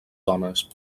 dones